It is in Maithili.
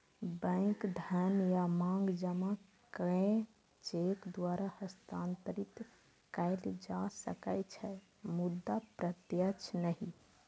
बैंक धन या मांग जमा कें चेक द्वारा हस्तांतरित कैल जा सकै छै, मुदा प्रत्यक्ष नहि